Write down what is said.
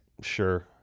Sure